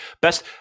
best